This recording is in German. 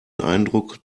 eindruck